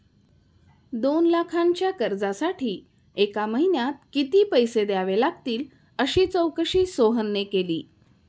दोन लाखांच्या कर्जासाठी एका महिन्यात किती पैसे द्यावे लागतील अशी चौकशी सोहनने केली